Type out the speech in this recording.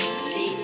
See